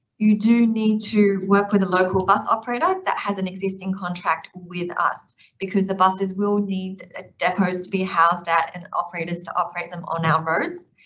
you do need to work with a local bus operator that has an existing contract with us because the buses will need ah depots to be housed at and operators to operate them on our roads.